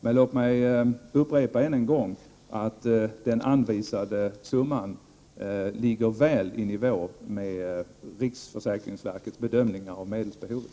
Men låt mig upprepa att den anvisade summan ligger väl i nivå med riksförsäkringsverkets bedömning av medelsbehovet.